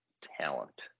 talent